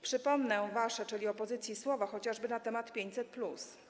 Przypomnę wasze, czyli opozycji, słowa chociażby na temat 500+.